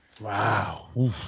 Wow